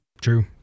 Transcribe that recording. True